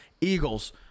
eagles